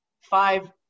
five